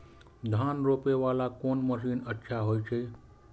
धान रोपे वाला कोन मशीन अच्छा होय छे?